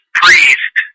priest